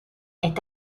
est